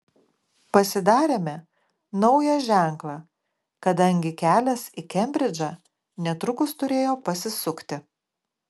pasidarėme naują ženklą kadangi kelias į kembridžą netrukus turėjo pasisukti